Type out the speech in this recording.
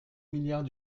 milliards